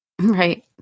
Right